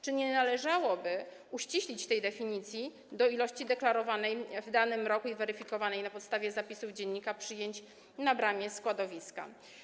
Czy nie należałoby uściślić tej definicji do ilości deklarowanej w danym roku i weryfikowanej na podstawie zapisów dziennika przyjęć na bramie składowiska?